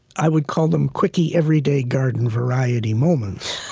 i would call them quickie everyday garden-variety moments,